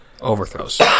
overthrows